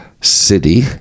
city